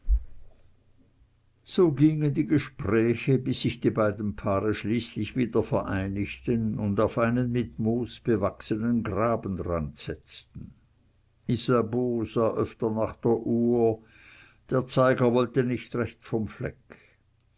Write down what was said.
so gingen die gespräche bis sich die beiden paare schließlich wieder vereinigten und auf einen mit moos bewachsenen grabenrand setzten isabeau sah öfter nach der uhr der zeiger wollte nicht recht vom fleck